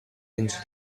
into